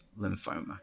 lymphoma